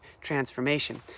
transformation